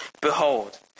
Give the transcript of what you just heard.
Behold